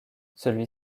celui